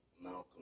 Malcolm